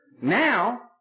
Now